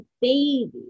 baby